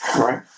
Right